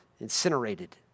incinerated